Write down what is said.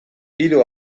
hiru